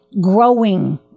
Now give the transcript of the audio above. growing